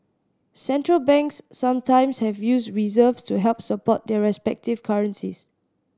Central Banks sometimes have used reserves to help support their respective currencies